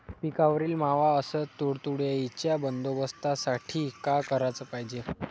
पिकावरील मावा अस तुडतुड्याइच्या बंदोबस्तासाठी का कराच पायजे?